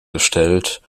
gestellt